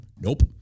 Nope